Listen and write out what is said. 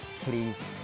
Please